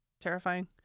terrifying